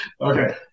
Okay